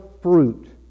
fruit